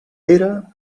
pere